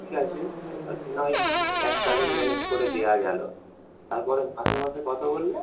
ঠিক আছে ওটাক না হয় এককালীন ম্যানেজ করে দেওয়া গেল তারপরে মাসে মাসে কতো বললে